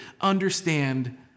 understand